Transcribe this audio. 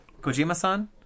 Kojima-san